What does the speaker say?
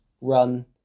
run